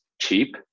cheap